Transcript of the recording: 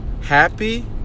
happy